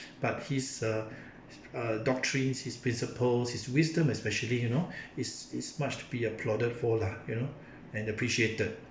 but his uh uh doctrines his principles his wisdom especially you know is is much to be applauded for lah you know and appreciated